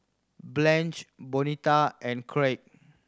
Blanch Bonita and Kraig